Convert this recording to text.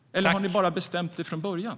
Eller har ni bara bestämt er från början?